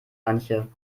antje